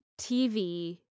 TV